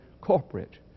corporate